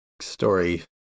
story